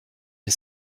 les